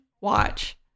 watch